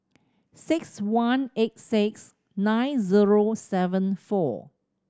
six one eight six nine zero seven four